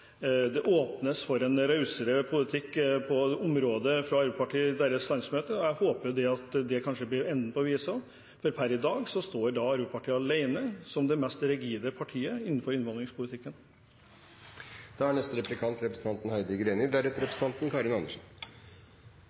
det åpnes for en rausere politikk på området fra Arbeiderpartiet i deres landsmøte, og jeg håper at det kanskje blir enden på visa, men per i dag står Arbeiderpartiet alene som det mest rigide partiet innenfor innvandringspolitikken. Jeg vil stille det samme spørsmålet som jeg stilte til representanten fra Kristelig Folkeparti, for avtalen som er